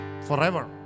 forever